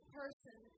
person